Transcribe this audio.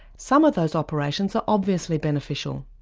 some of those operations are obviously beneficial,